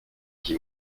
qui